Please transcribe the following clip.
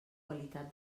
qualitat